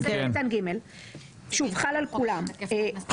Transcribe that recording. לכן, כדאי שתקרא את החוק ותשמע